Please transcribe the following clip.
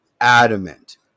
adamant